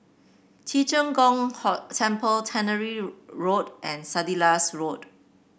Ci Zheng Gong Temple Tannery Road and Sandilands Road